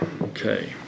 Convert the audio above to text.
okay